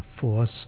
force